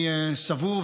אני סבור,